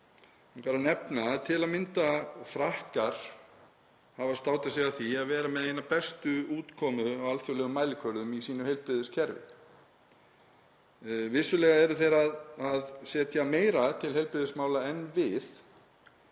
þá má nefna til að mynda að Frakkar hafa státað sig af því að vera með eina bestu útkomu á alþjóðlegum mælikvörðum í sínu heilbrigðiskerfi. Vissulega eru þeir að setja meira til heilbrigðismála en við